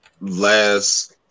last